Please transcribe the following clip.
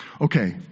Okay